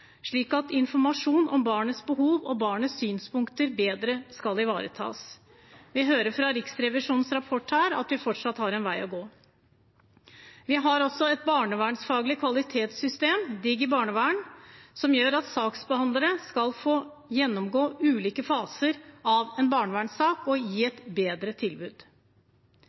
slik at informasjon om barnets behov og barnets synspunkter skal ivaretas bedre. Vi hører fra Riksrevisjonens rapport her at vi fortsatt har en vei å gå. Vi har et barnevernsfaglig kvalitetssystem, DigiBarnevern, som gjør at saksbehandlere skal få gjennomgå ulike faser av en barnevernssak og gi et bedre tilbud.